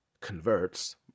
converts